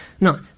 No